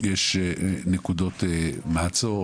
יש נקודות מעצור?